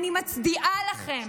אני מצדיעה לכם.